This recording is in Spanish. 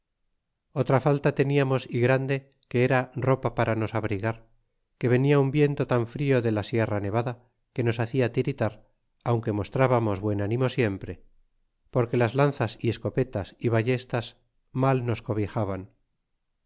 otra falta teniamos y grande que era ropa para nos abrigar que venia tin viento tan frío de la sierra nevada que nos hacia tiritar aunque mostrábamos buen ánimo siempre porque las lanzas y escopetas y ballestas mal nos cobijaban